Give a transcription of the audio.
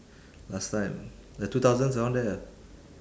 last time like two thousands around there ah